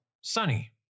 sunny